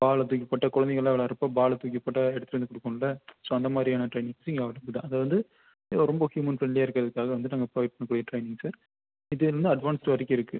பாலை தூக்கிப்போட்டு குழந்தைங்கள்லாம் விளையாட்றப்போ பாலை தூக்கி போட்டால் எடுத்துட்டு வந்து கொடுக்கும்ல ஸோ அந்த மாதிரியான ட்ரைனிங்ஸும் இங்கே அதாவது ஒரு ரொம்ப ஹியூமன் ஃப்ரெண்ட்லியாக இருக்கிறதுக்காக வந்துவிட்டு நாங்கள் ப்ரொவைட் ட்ரைனிங் சார் இப்படி இருந்தால் அட்வான்ஸ்ட் வரைக்கும் இருக்கு